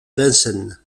vincennes